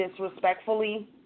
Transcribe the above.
disrespectfully